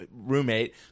roommate